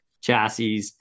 chassis